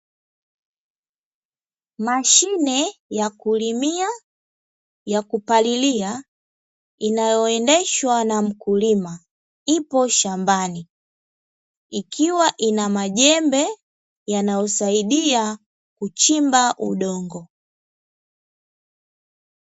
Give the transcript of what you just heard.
Mashine ya kulimia ya kupalilia inayoendeshwa na mkulima ipo shambani, ikiwa ina majembe yanayosaidia kuchimba udongo.